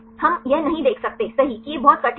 हम यह नहीं देख सकते सही कि यह बहुत कठिन है